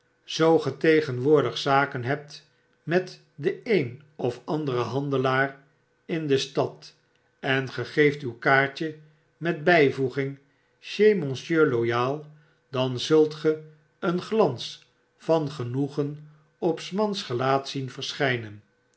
zoo ge tegenwoordig zaken hebt met den een of anderen handelaar in de stad en ge geeft uw kaartje met bijvoegidg chez monsieur loyal dan zult ge een glans van genoegen op s mans geiaat zien verschijnen